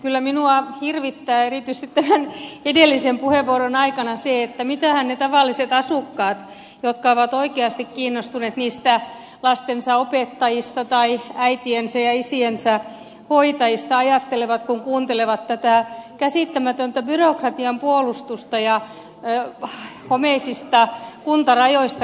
kyllä minua hirvittää erityisesti tämän edellisen puheenvuoron jälkeen se että mitähän ne tavalliset asukkaat jotka ovat oikeasti kiinnostuneet niistä lastensa opettajista tai äitiensä ja isiensä hoitajista ajattelevat kun kuuntelevat tätä käsittämätöntä byrokratian puolustusta ja homeisista kuntarajoista kiinni pitämistä